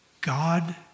God